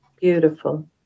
Beautiful